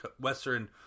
Western